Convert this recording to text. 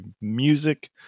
music